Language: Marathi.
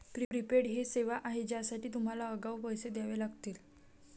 प्रीपेड ही सेवा आहे ज्यासाठी तुम्हाला आगाऊ पैसे द्यावे लागतील